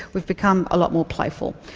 we've become a lot more playful.